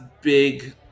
big